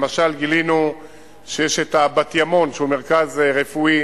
למשל גילינו את ה"בת-ימון", שהוא מרכז רפואי